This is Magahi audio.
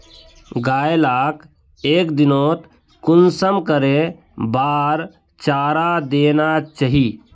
गाय लाक एक दिनोत कुंसम करे बार चारा देना चही?